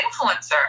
influencer